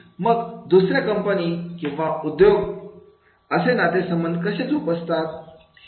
आणि मग दुसऱ्या कंपन्या किंवा उद्योग असे नाते संबंध कसे जोपासतात